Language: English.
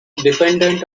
dependent